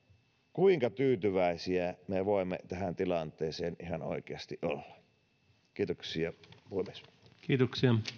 kuinka tyytyväisiä me voimme tähän tilanteeseen ihan oikeasti olla kiitoksia